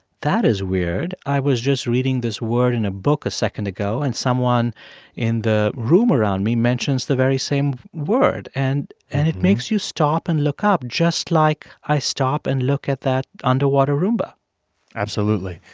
that is weird i was just reading this word in a book a second ago, and someone in the room around me mentions the very same word. and and it makes you stop and look up, just like i stop and look at that underwater roomba absolutely.